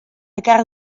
ekar